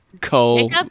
Cole